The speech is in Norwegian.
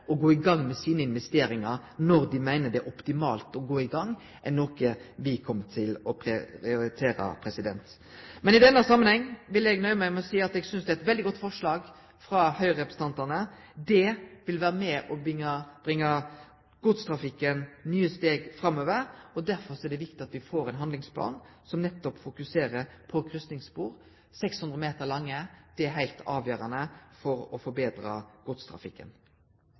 å gå i gang med investeringane sine når dei meiner det er optimalt å gå i gang, noko me kjem til å prioritere. Men i denne samanhengen vil eg nøye meg med å seie at eg synest det er eit veldig godt forslag frå Høgre-representantane. Det vil vere med og bringe godstrafikken nye steg framover, og derfor er det viktig at me får ein handlingsplan som nettopp fokuserer på kryssingsspor, 600 meter lange. Det er heilt avgjerande for å forbetre godstrafikken.